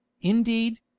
Indeed